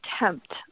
attempt